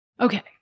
Okay